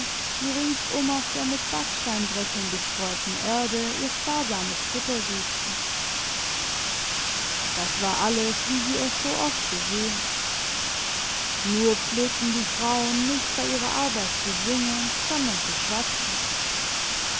die ringsum auf der mit backsteinbröckeln bestreuten erde ihr sparsames futter suchten das war alles wie sie es so oft gesehen nur pflegten die frauen nicht bei ihrer arbeit zu singen sondern zu schwatzen